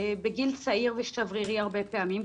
בגיל צעיר ושברירי הרבה פעמים,